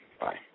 Bye